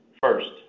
First